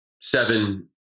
seven